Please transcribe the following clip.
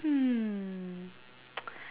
hmm